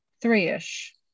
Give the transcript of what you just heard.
three-ish